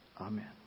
Amen